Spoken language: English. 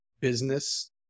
business